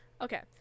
Okay